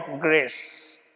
grace